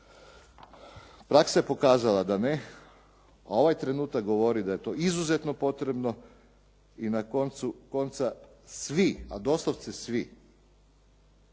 Praksa je pokazala da ne, a ovaj trenutak govori da je to izuzetno potrebno i na koncu konca svi, ali doslovce svi